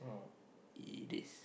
it is